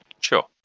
Sure